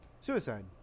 Suicide